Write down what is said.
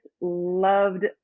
loved